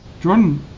Jordan